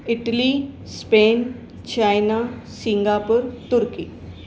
Italy Spain China Singapore Turkey